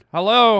Hello